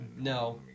No